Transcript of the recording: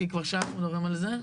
כי כבר שעה אנחנו מדברים על זה.